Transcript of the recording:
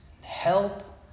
help